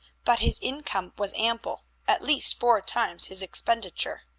but his income was ample at least four times his expenditure.